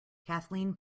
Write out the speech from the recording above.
kathleen